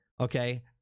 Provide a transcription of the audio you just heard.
okay